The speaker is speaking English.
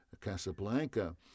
*Casablanca*